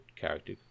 character